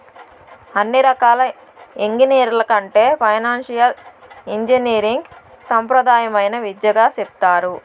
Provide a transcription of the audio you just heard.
అన్ని రకాల ఎంగినీరింగ్ల కంటే ఫైనాన్సియల్ ఇంజనీరింగ్ సాంప్రదాయమైన విద్యగా సెప్తారు